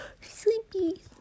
Sleepy